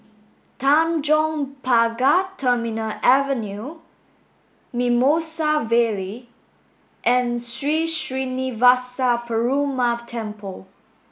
Tanjong Pagar Terminal Avenue Mimosa Vale and Sri Srinivasa Perumal Temple